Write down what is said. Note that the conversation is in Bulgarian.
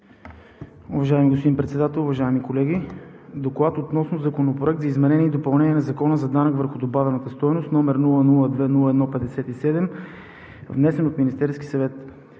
Уважаеми господин Председател, уважаеми колеги! „ДОКЛАД относно Законопроект за изменение и допълнение на Закона за данък върху добавената стойност, № 002-01-57, внесен от Министерския съвет